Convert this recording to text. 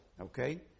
okay